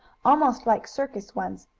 almost like circus ones,